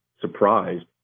surprised